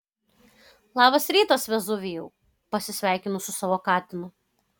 labas rytas vezuvijau pasisveikinu su savo katinu